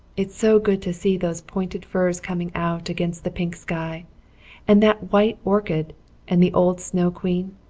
it's so good to see those pointed firs coming out against the pink sky and that white orchard and the old snow queen.